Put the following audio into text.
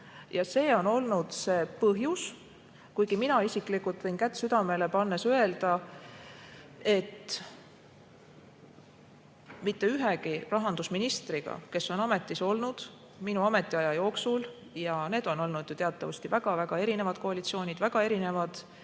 arutlusi käivitav põhjus olnud. Mina ise võin kätt südamele pannes öelda, et mitte ühegi rahandusministriga, kes on ametis olnud minu ametiaja jooksul – ja need on olnud ju teatavasti väga-väga erinevad koalitsioonid, väga erinevad